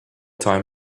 time